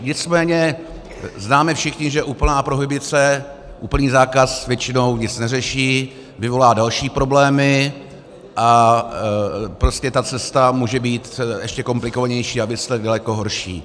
Nicméně známe všichni, že úplná prohibice, úplný zákaz většinou nic neřeší, vyvolá další problémy a ta cesta může být ještě komplikovanější a výsledek daleko horší...